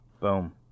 Boom